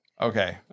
Okay